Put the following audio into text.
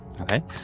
Okay